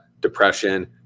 depression